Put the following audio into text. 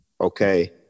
Okay